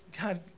God